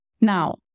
Now